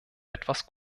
etwas